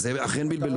אכן בלבלו אותך.